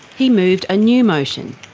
he moved a new motion.